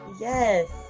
Yes